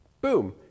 boom